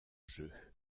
jeu